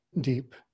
deep